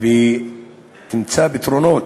ותמצא פתרונות,